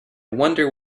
wonder